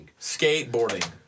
Skateboarding